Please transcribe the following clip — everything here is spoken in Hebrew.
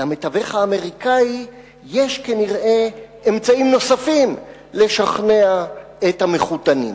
למתווך האמריקני יש כנראה אמצעים נוספים לשכנע את המחותנים.